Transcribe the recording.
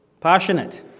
passionate